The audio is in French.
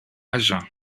agen